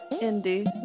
Indy